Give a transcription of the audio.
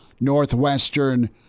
Northwestern